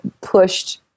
pushed